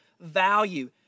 value